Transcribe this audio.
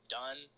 done